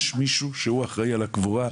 יש מישהו שהוא אחראי על הקבורה,